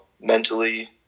mentally